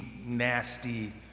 nasty